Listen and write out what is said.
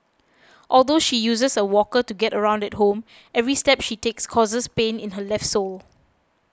although she uses a walker to get around at home every step she takes causes pain in her left sole